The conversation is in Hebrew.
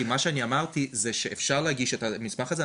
כי מה שאני אמרתי זה שאפשר להגיש את המסמך הזה,